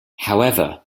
however